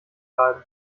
bleiben